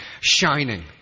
shining